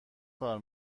کار